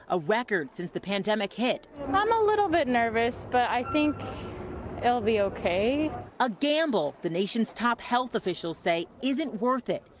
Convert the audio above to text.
a record since the pandemic hit. i'm um a little bit nervous. but i think it will be okay. reporter a gamble the nation's top health officials say isn't worth it.